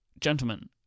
gentlemen